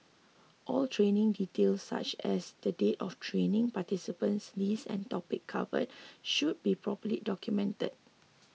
all training details such as the date of training participant list and topics covered should be properly documented